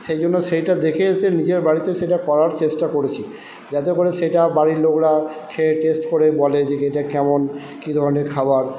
সেই জন্য সেইটা দেখে এসে নিজের বাড়িতে সেটা করার চেষ্টা করেছি যাতে করে সেটা বাড়ির লোকরা খেয়ে টেস্ট করে বলে যে এইটা কেমন কি ধরণের খাবার